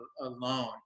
alone